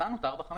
חמש שנים.